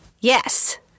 Yes